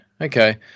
Okay